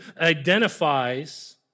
identifies